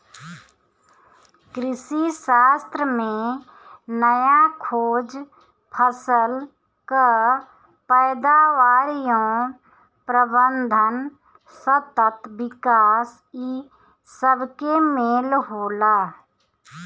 कृषिशास्त्र में नया खोज, फसल कअ पैदावार एवं प्रबंधन, सतत विकास इ सबके मेल होला